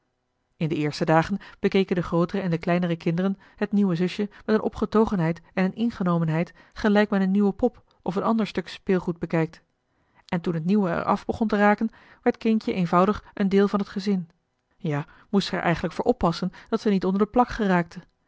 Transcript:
in de eerste dagen bekeken de grootere en de kleinere kinderen het nieuwe zusje met een opgetogenheid en een ingenomenheid gelijk men een nieuwe pop of een ander stuk speelgoed bekijkt en toen het nieuwe er af begon te raken werd kindje eenvoudig een deel van het gezin ja moest ze eigenlijk oppassen dat ze niet onder de plak geraakte